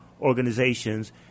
organizations